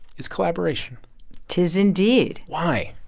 is collaboration tis indeed why?